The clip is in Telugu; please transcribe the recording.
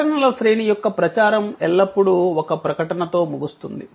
ప్రకటనల శ్రేణి యొక్క ప్రచారం ఎల్లప్పుడూ ఒక ప్రకటనతో ముగుస్తుంది